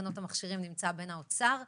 תקנות מכשירים רפואיים